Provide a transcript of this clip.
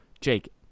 Jake